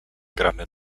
gramy